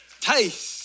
Taste